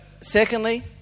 secondly